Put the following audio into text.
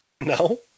No